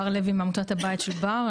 בר לוי מעמותת הבית של בר,